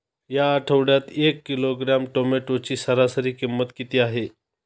या आठवड्यात एक किलोग्रॅम टोमॅटोची सरासरी किंमत किती आहे?